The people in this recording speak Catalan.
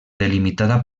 delimitada